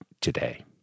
today